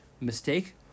mistake